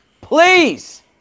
Please